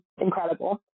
incredible